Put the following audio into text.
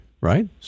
right